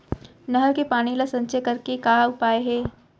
नहर के पानी ला संचय करे के का उपाय हे?